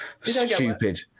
Stupid